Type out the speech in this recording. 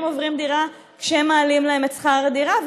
עוברים דירה כשמעלים להם את שכר הדירה,